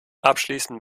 abschließend